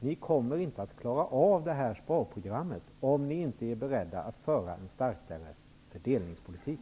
Ni kommer inte att klara av det här sparprogrammet om ni inte är beredda att föra en starkare fördelningspolitik.